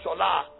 Shola